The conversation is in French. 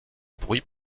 bruit